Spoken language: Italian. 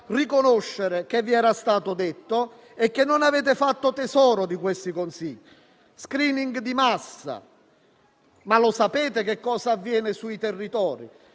riconoscere che vi era stato detto e che non avete fatto tesoro di questi consigli. *Screening* di massa: ma lo sapete che cosa avviene sui territori?